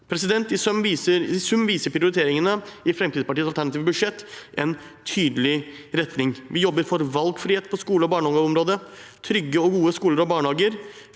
bør være. I sum viser prioriteringene i Fremskrittspartiets alternative budsjett en tydelig retning. Vi jobber for valgfrihet på skole- og barnehageområdet, trygge og gode skoler og barnehager,